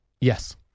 Yes